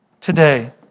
today